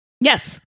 Yes